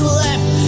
left